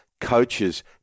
coaches